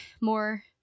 more